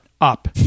up